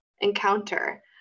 encounter